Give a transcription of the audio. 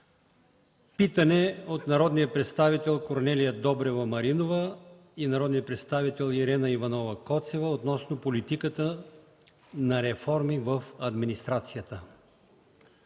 Питане от народните представители Корнелия Добрева Маринова и Ирена Иванова Коцева относно политиката на реформи в администрацията.